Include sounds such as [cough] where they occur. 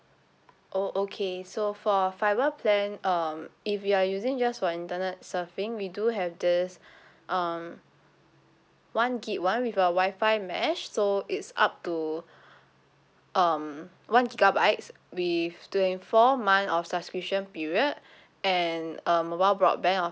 oh okay so for fiber plan um if you are using just for internet surfing we do have this [breath] um one gig [one] with a wi-fi mesh so it's up to [breath] um one gigabytes with twenty four month of subscription period [breath] and uh mobile broadband of